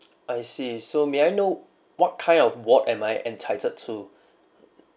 I see so may I know what kind of ward am I entitled to